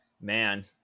Man